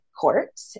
court